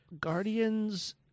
Guardians